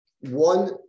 one